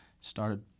started